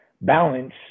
balance